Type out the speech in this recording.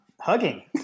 hugging